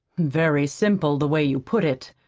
very simple, the way you put it.